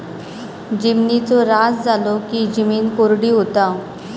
जिमिनीचो ऱ्हास झालो की जिमीन कोरडी होता